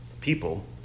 people